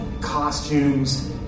costumes